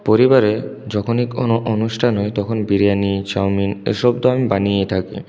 পরিবারে যখনই কোনো অনুষ্ঠান হয় তখন বিরিয়ানি চাউমিন এসব তো আমি বানিয়েই থাকি